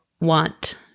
want